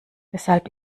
weshalb